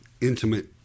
intimate